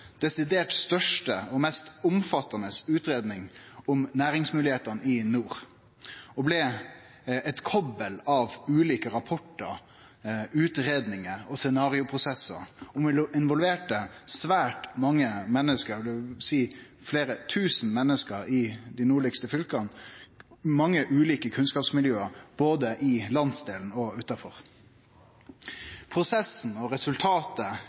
største og mest omfattande utgreiinga i historia om næringsmoglegheitene i nord, og blei eit koppel av ulike rapportar, utgreiingar og scenarioprosessar som involverte svært mange menneske – fleire tusen menneske – i dei nordlegaste fylka og mange ulike kunnskapsmiljø både i landsdelen og utanfor. Prosessen og resultatet